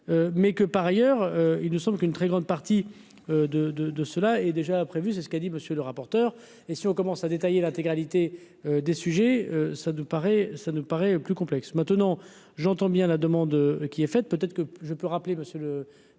mais que par ailleurs, il nous semble qu'une très grande partie de de de cela est déjà prévu, c'est ce qu'a dit monsieur le rapporteur, et si on commence à détailler l'intégralité des sujets, ça nous paraît, ça nous paraît plus complexe maintenant j'entends bien la demande qui est faite, peut-être que je peux rappeler, Monsieur